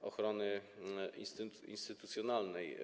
Ochrony Instytucjonalnej.